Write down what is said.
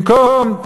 במקום,